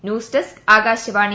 news desk Akashvani